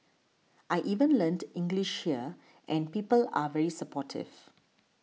I even learnt English here and people are very supportive